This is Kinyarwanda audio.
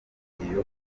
iyo